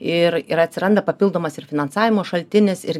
ir ir atsiranda papildomas ir finansavimo šaltinis ir